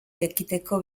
ekiteko